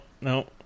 no